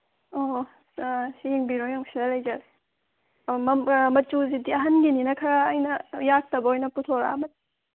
ꯑꯣ ꯑꯣ ꯁꯤ ꯌꯦꯡꯕꯤꯔꯣ ꯁꯤ ꯂꯩꯖꯔꯦ ꯃꯆꯨꯁꯤꯗꯤ ꯑꯍꯟꯒꯤꯅꯤꯅ ꯈꯔ ꯑꯩꯅ ꯌꯥꯛꯇꯕ ꯑꯣꯏꯅ ꯄꯨꯊꯣꯔꯛꯂꯕꯅꯤ